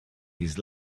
his